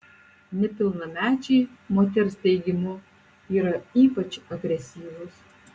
nepilnamečiai moters teigimu yra ypač agresyvūs